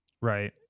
Right